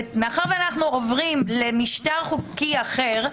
ומאחר שאנחנו עוברים למשטר חוקי אחר,